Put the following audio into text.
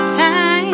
time